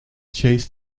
chase